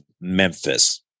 Memphis